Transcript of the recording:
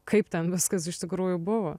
kaip ten viskas iš tikrųjų buvo